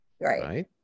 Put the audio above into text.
right